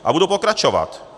A budu pokračovat.